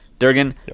Durgan